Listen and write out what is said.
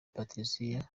patricia